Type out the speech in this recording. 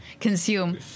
consume